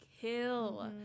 kill